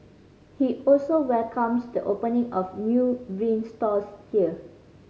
he also welcomes the opening of new vinyl stores here